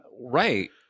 Right